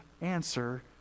answer